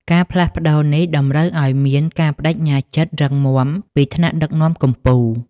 ការផ្លាស់ប្ដូរនេះតម្រូវឱ្យមាន ការប្ដេជ្ញាចិត្តរឹងមាំពីថ្នាក់ដឹកនាំកំពូល។